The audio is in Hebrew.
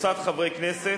וקבוצת חברי הכנסת,